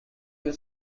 you